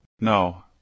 No